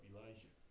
Elijah